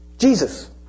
Jesus